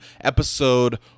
episode